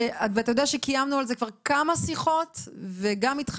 ואתה יודע שקיימנו על זה כבר כמה שיחות וגם איתך